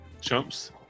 Chumps